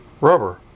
rubber